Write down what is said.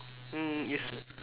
mm is